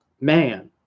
man